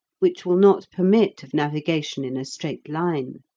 which will not permit of navigation in a straight line.